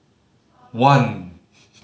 one